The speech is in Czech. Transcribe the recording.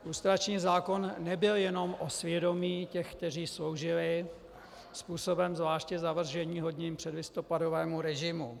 Lustrační zákon nebyl jenom o svědomí těch, kteří sloužili způsobem zvláště zavrženíhodným předlistopadovému režimu.